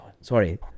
sorry